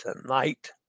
tonight